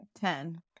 Ten